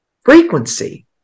frequency